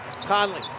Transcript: Conley